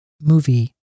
movie